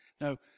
No